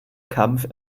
kampf